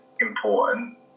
important